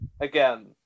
again